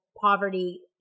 poverty